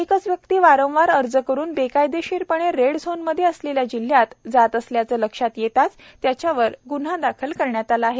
एकच व्यक्ती वारंवार अर्ज करून बेकायदेशिरपणे रेड झोनमध्ये असलेल्या जिल्ह्यात जात असल्याचे लक्षात येताच त्याच्यावर ग्न्हा दाखल करण्यात आला आहे